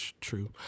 true